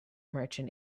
merchant